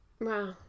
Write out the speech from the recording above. Wow